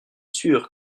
sûr